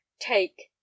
take